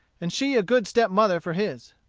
and she a good step-mother for his.